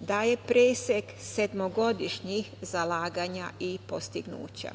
daje presek sedmogodišnjih zalaganja i postignuća.